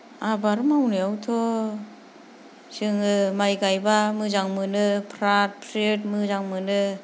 आबाद मावनायावथ' जोङो माइ गायब्ला मोजां मोनो फ्राद फ्रिद मोजां मोनो